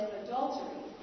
adultery